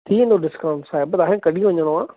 थी वेंदो डिस्काउंट साहिब तव्हां खे कॾहिं वञिणो आहे